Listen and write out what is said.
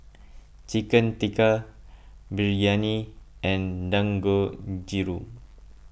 Chicken Tikka Biryani and Dangojiru